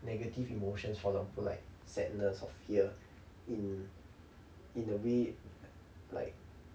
negative emotions for example like sadness or fear in in a way like